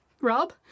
Rob